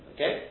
Okay